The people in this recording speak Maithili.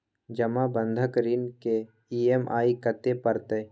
जमा बंधक ऋण के ई.एम.आई कत्ते परतै?